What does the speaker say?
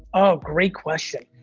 oh, great question.